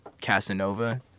Casanova